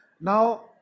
Now